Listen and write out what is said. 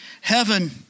heaven